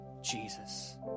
Jesus